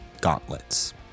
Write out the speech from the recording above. gauntlets